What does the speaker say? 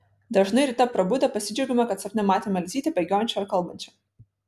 dažnai ryte prabudę pasidžiaugiame kad sapne matėme elzytę bėgiojančią ar kalbančią